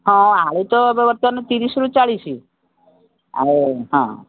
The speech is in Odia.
ହଁ ଆଳୁ ତ ଏବେ ବର୍ତ୍ତମାନ ତିରିଶରୁ ଚାଳିଶ ଆଉ ହଁ